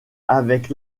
avec